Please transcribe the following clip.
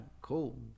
cool